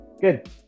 Good